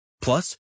Plus